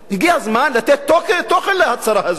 הגיע הזמן לתת תוכן להצהרה הזו.